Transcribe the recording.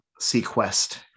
Sequest